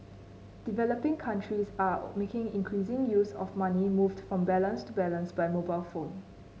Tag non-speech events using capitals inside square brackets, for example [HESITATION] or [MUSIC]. developing countries are [HESITATION] making increasing use of money moved from balance to balance by mobile phone